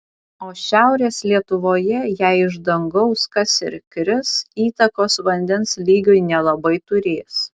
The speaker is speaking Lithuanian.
o šiaurės lietuvoje jei iš dangaus kas ir kris įtakos vandens lygiui nelabai turės